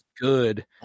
Good